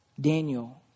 Daniel